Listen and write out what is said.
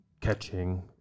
catching